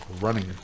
running